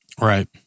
Right